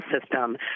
system